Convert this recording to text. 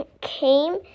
came